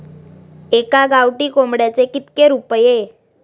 एका गावठी कोंबड्याचे कितके रुपये?